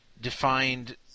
defined